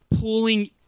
pulling